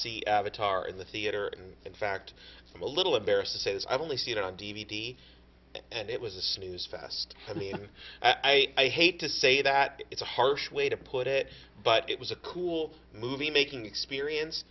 avatar in the theater and in fact i'm a little embarrassed to say this i've only seen it on d v d and it was a snooze fest for me and i i hate to say that it's a harsh way to put it but it was a cool movie making experience